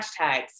hashtags